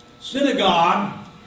synagogue